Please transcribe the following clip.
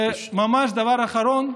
ממש דבר אחרון.